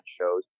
shows